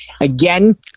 Again